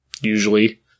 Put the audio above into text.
usually